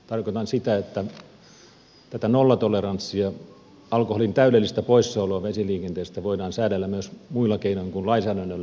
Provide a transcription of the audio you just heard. tarkoitan sitä että tätä nollatoleranssia alkoholin täydellistä poissaoloa vesiliikenteestä voidaan säädellä myös muilla keinoin kuin lainsäädännöllä